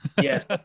yes